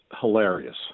hilarious